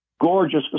Gorgeous